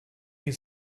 you